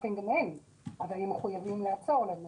אבל הם מחויבים לעצור לנו.